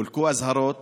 חולקו אזהרות